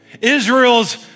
Israel's